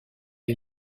est